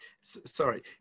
Sorry